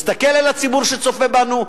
מסתכל אל הציבור שצופה בנו,